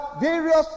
various